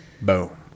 boom